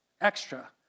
extra